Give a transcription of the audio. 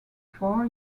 four